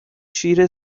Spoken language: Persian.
شیر